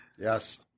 Yes